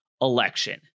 election